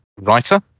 writer